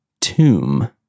tomb